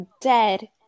dead